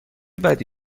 بدی